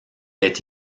est